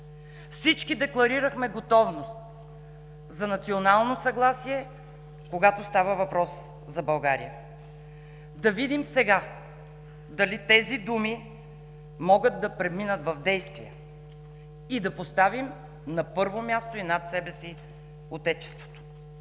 Всички декларирахме готовност за национално съгласие, когато става въпрос за България. Да видим сега дали тези думи могат да преминат в действия и да поставим на първо място и над себе си Отечеството.